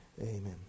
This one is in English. Amen